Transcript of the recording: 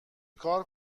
کار